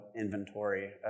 inventory